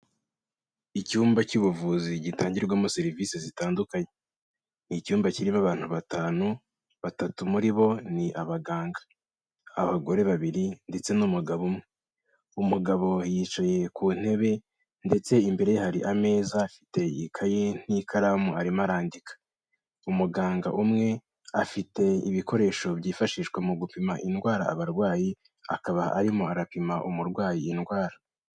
Icyumba cy'ubuvuzi gitangirwamo serivisi zitandukanye. Ni icyumba kirimo abantu batanu, batatu muri bo, ni abaganga. Abagore babiri ndetse n'umugabo umwe. Umugabo yicaye ku ntebe ndetse imbere ye hari ameza, afite ikaye n'ikaramu arimo arandika. Umuganga umwe, afite ibikoresho byifashishwa mu gupima indwara abarwayi, akaba arimo arapima umurwayi indwara.